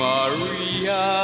Maria